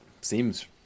seems